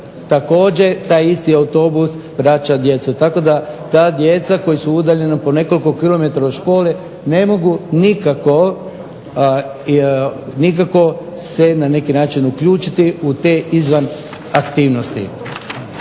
također taj isti autobus vraća djecu. Tako da ta djeca koja su udaljena po nekoliko km od škole ne mogu nikako se na neki način uključiti u te izvan aktivnosti